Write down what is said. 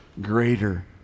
greater